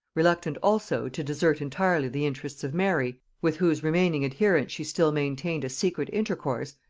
reluctant also to desert entirely the interests of mary, with whose remaining adherents she still maintained a secret intercourse,